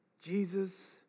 Jesus